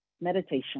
meditation